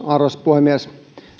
arvoisa puhemies